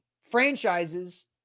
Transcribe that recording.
franchises –